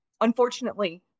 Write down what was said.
unfortunately